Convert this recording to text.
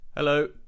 Hello